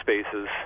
spaces